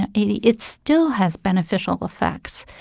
and eighty it still has beneficial effects.